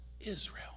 Israel